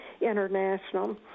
international